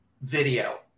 video